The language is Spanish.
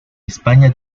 españa